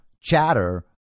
chatter